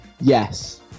yes